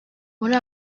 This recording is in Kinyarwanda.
muri